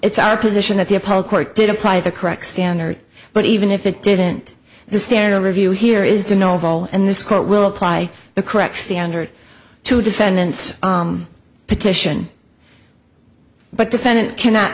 it's our position that the appellate court did apply the correct standard but even if it didn't the standard review here is do no evil and this court will apply the correct standard to defendants petition but defendant cannot